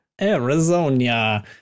Arizona